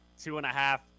two-and-a-half